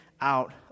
out